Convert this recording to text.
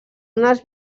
unes